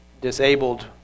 Disabled